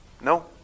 No